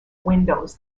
windows